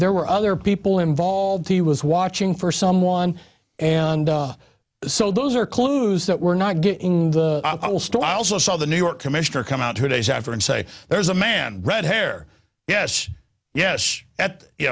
there were other people involved he was watching for someone and so those are clues that we're not getting the whole story i also saw the new york commissioner come out two days after and say there's a man red hair yes yes that you